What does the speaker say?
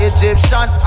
Egyptian